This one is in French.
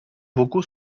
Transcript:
vocaux